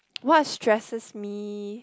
what stresses me